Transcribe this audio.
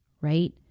right